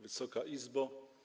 Wysoka Izbo!